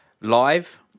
Live